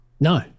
No